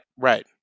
Right